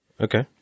Okay